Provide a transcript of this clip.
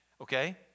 Okay